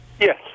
Yes